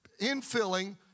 infilling